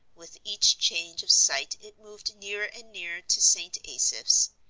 with each change of site it moved nearer and nearer to st. asaph's.